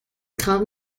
kaum